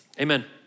amen